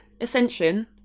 ascension